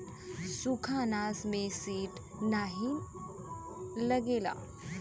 सुखा अनाज में सीड नाही लगेला